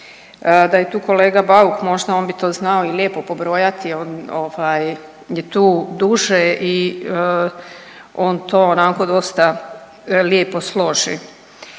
Da je tu kolega Bauk možda on bi to znao i lijepo pobrojati, on ovaj je tu duže i on to onako dosta lijepo složi.